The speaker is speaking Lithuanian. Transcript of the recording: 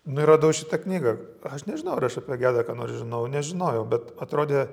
nu ir radau šitą knygą aš nežinau ar aš apie gedą ką nors žinojau nežinojau bet atrodė